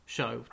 Show